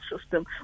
system